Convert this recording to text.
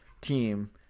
team